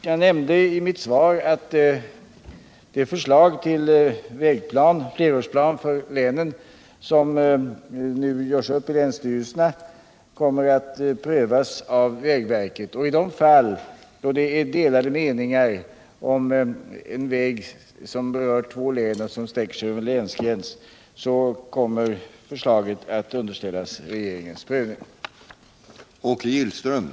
Jag nämnde i mitt svar att det förslag till flerårsplan för vägarna i länen som nu görs upp i länsstyrelserna kommer att prövas av vägverket. I de fall där det är delade meningar om en väg som berör två län och som sträcker sig över länsgräns kommer förslaget att underställas regeringens prövning. av vissa vägar